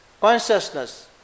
consciousness